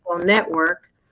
Network